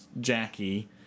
Jackie